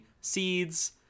seeds